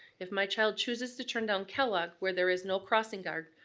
if my child chooses to turn down kellogg, where there is no crossing guard,